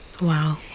Wow